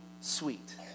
sweet